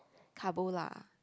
carbo lah